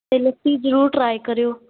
ਤੇ ਲੱਸੀ ਜਰੂਰ ਟਰਾਈ ਕਰਿਓ